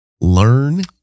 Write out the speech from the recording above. Learn